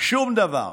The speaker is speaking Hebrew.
שום דבר.